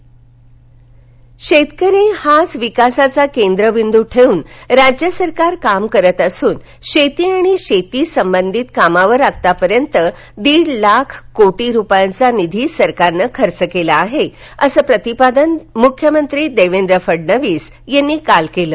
मुख्यमंत्री शेतकरी हाच विकासाचा केंद्रबिंदू ठेवून राज्य सरकार काम करत असून शेती आणि शेती संबंधित कामावर आतापर्यंत दीड लाख कोटी रुपयांचा निधी सरकारनं खर्च केला आहे असं प्रतिपादन मुख्यमंत्री देवेंद्र फडणवीस यांनी काल केलं